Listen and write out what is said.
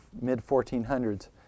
mid-1400s